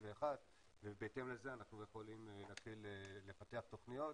ובהתאם לזה אנחנו יכולים להתחיל לפתח תוכניות.